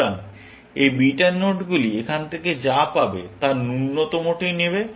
সুতরাং এই বিটা নোডগুলি এখান থেকে যা পাবে তার ন্যূনতমটি নেবে